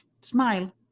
Smile